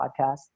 podcast